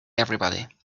everybody